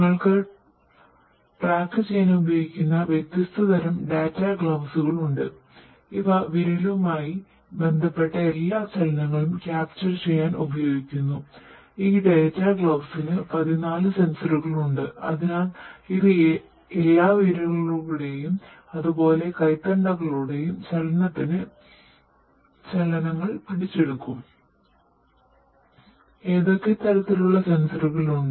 ഞങ്ങൾക്ക് ട്രാക്ക് ഉണ്ട് അതിനാൽ ഇത് എല്ലാ വിരലുകളുടെയും അതുപോലെ കൈത്തണ്ടകളുടെയും ചലനങ്ങൾ പിടിച്ചെടുക്കും ഏതൊക്കെ തരത്തിലുള്ള സെൻസറുകൾ ഉണ്ട്